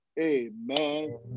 Amen